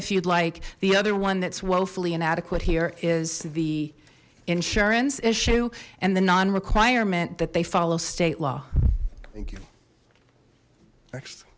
if you'd like the other one that's wally inadequate here is the insurance issue and the non requirement that they follow state law